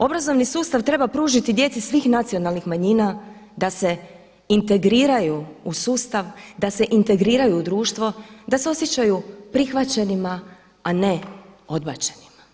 Obrazovni sustav treba pružiti djeci svih nacionalnih manjina da se integriraju u sustav, da se integriraju u društvo, da se osjećaju prihvaćenima a ne odbačenima.